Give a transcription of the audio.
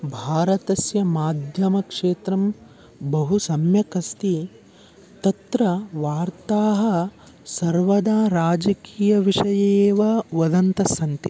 भारतस्य माध्यमक्षेत्रं बहु सम्यक् अस्ति तत्र वार्ताः सर्वदा राजकीयविषये एव वदन्तस्सन्ति